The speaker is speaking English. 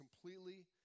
completely